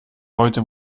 heute